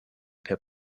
per